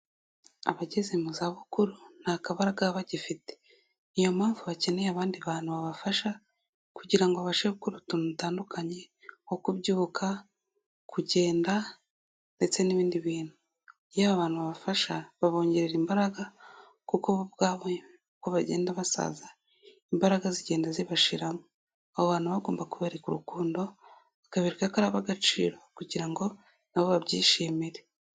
Abageze mu zabukuru nta kabaraga baba bgifite niyo mpamvu bakeneye abandi bantu babafasha kugira ngo babashe gukora utuntu dutandukanye nko kubyuka, kugenda, ndetse n'ibindi bintu. Iyo abo abantu babafasha babongerera imbaraga kuko bo ubwabo uko bagenda basaza imbaraga zigenda zibashiramo, abo bantu baba bagomba kubereka urukundo bakabereka ko ari ab'agaciro kugira ngo nabo babyishimire.